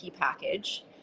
package